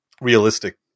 realistic